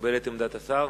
מקבל את עמדת השר?